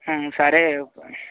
సరే